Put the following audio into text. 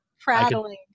prattling